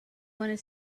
want